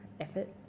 effort